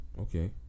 Okay